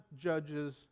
judges